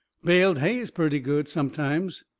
baled hay is purty good sometimes.